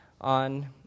on